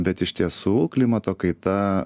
bet iš tiesų klimato kaita